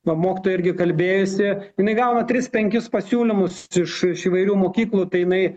va mokytoja irgi kalbėjosi jinai gauna tris penkis pasiūlymus iš įvairių mokyklų tai jinai